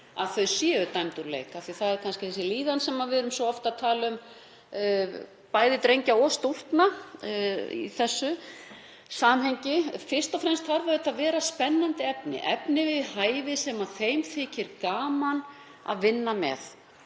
að þau séu dæmd úr leik. Það er þessi líðan sem við erum svo oft að tala um, bæði drengja og stúlkna í þessu samhengi. Fyrst og fremst þarf auðvitað að vera fyrir hendi spennandi efni, efni við hæfi sem þeim þykir gaman að vinna með.